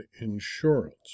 Insurance